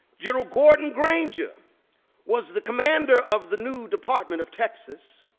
general gordon granger was the commander of the new department of texas.